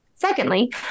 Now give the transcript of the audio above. Secondly